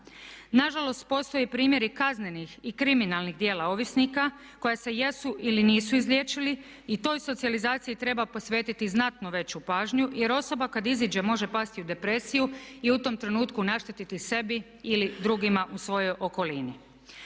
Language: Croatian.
Na žalost, postoji primjer i kaznenih i kriminalnih djela ovisnika koja se jesu ili nisu izliječili i toj socijalizaciji treba posvetiti znatno veću pažnju, jer osoba kad iziđe može pasti u depresiju i u tom trenutku naštetiti sebi ili drugima u svojoj okolini.